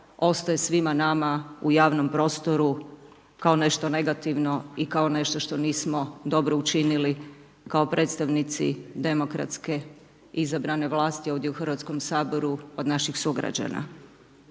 ostaje svima nama u javnom prostoru kao nešto negativno i kao nešto što nismo dobro učinili kao predstavnici demokratske izabrane vlasti ovdje u Hrvatskom saboru od naših sugrađana.